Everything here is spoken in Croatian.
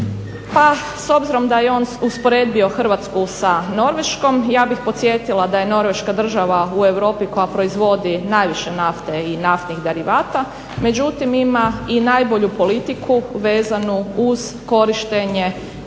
s obzirom da je on usporedio Hrvatsku s Norveškom, ja bih podsjetila da je Norveška država u Europi koja proizvodi najviše nafte i naftnih derivata, međutim ima i najbolju politiku vezanu uz korištenje